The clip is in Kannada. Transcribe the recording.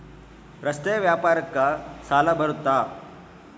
ರಸ್ತೆ ವ್ಯಾಪಾರಕ್ಕ ಸಾಲ ಬರುತ್ತಾ?